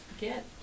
get